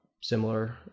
similar